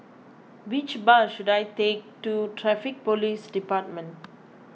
which bus should I take to Traffic Police Department